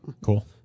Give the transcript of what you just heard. Cool